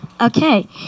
Okay